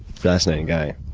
fascinating guy.